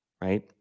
right